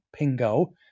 pingo